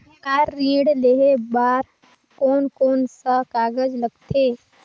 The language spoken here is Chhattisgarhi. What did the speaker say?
कार ऋण लेहे बार कोन कोन सा कागज़ लगथे?